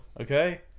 Okay